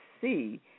see